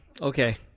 Okay